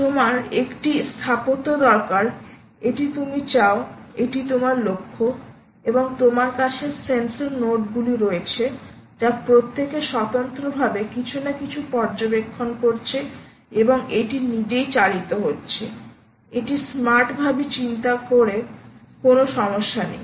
তোমার একটি স্থাপত্য দরকার এটি তুমি চাও এটি তোমার লক্ষ্য এবং তোমার কাছে সেন্সর নোড গুলি রয়েছে যা প্রত্যেকে স্বতন্ত্রভাবে কিছু না কিছু পর্যবেক্ষণ করছে এবং এটি নিজেই চালিত হচ্ছে এটি স্মার্টভাবে চিন্তা পারে কোন সমস্যা নেই